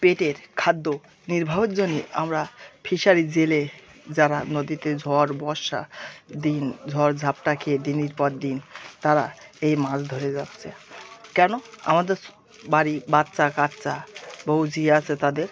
পেটের খাদ্য নির্বাহর জন্যে আমরা ফিশারি জেলে যারা নদীতে ঝড় বর্ষা দিন ঝড়ঝাপটা খেয়ে দিনের পর দিন তারা এই মাছ ধরে যাচ্ছে কেন আমাদের স্ বাড়ি বাচ্চাকাচ্চা বৌ ঝি আছে তাদের